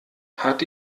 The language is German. hat